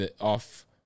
off